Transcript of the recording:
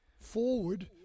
forward